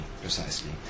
precisely